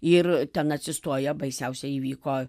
ir ten atsistoja baisiausia įvyko